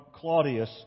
Claudius